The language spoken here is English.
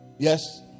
Yes